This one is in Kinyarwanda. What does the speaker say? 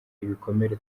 ibikomere